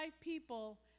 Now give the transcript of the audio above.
people